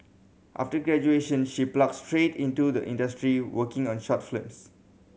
after graduation she plunged straight into the industry working on short films